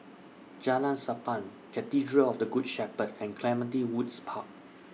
Jalan Sappan Cathedral of The Good Shepherd and Clementi Woods Park